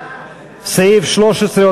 לסעיף 13,